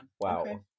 Wow